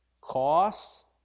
Costs